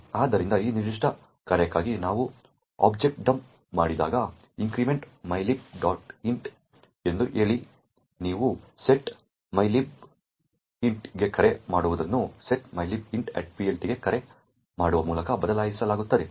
ಆದ್ದರಿಂದ ಈ ನಿರ್ದಿಷ್ಟ ಕಾರ್ಯಕ್ಕಾಗಿ ನಾವು ಆಬ್ಜೆಕ್ಟ್ ಡಂಪ್ ಮಾಡಿದಾಗ increment mylib int ಎಂದು ಹೇಳಿ ನೀವು set mylib int ಗೆ ಕರೆ ಮಾಡುವುದನ್ನು set mylib intPLT ಗೆ ಕರೆ ಮಾಡುವ ಮೂಲಕ ಬದಲಾಯಿಸಲಾಗುತ್ತದೆ